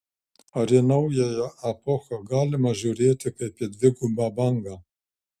ar į naująją epochą galima žiūrėti kaip į dvigubą bangą